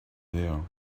there